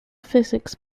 physics